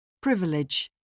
Privilege